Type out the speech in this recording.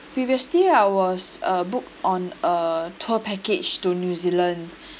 previously I was uh book on a tour package to new zealand